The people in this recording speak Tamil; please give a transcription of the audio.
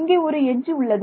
இங்கே ஒரு எட்ஜ் உள்ளது